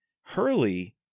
Hurley